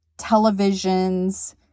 televisions